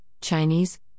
Chinese